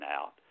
out